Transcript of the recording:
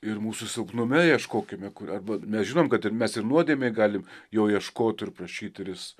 ir mūsų silpnume ieškokime kur arba mes žinom kad ir mes ir nuodėmėj galim jo ieškot ir prašyt ir jis